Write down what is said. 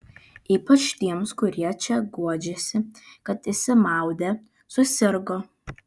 ypač tiems kurie čia guodžiasi kad išsimaudę susirgo